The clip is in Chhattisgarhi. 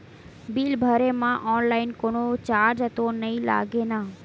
बिल भरे मा ऑनलाइन कोनो चार्ज तो नई लागे ना?